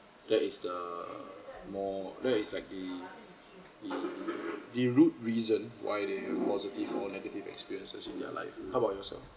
that is the more that is like the the the root reason why they have positive or negative experiences in their life how about yourself